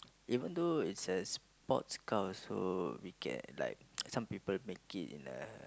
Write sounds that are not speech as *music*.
*noise* even though it's a sports car also we can like some people make it in uh